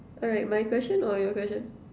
alright my question or your question